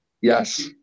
Yes